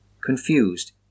confused